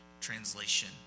translation